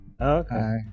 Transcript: okay